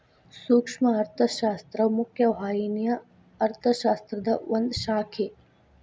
ಸೂಕ್ಷ್ಮ ಅರ್ಥಶಾಸ್ತ್ರ ಮುಖ್ಯ ವಾಹಿನಿಯ ಅರ್ಥಶಾಸ್ತ್ರದ ಒಂದ್ ಶಾಖೆ